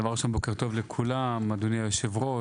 דבר ראשון, בוקר טוב לכולם, אדוני היושב-ראש.